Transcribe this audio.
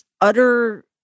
utter